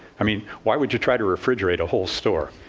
i mean, why would you try to refrigerate a whole store?